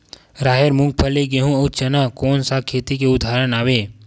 राहेर, मूंगफली, गेहूं, अउ चना कोन सा खेती के उदाहरण आवे?